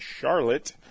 Charlotte